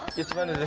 it's one